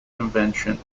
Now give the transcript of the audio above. convention